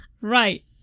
right